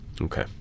Okay